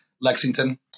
Lexington